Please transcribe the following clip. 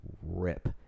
rip